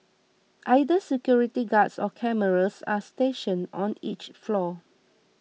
either security guards or cameras are stationed on each floor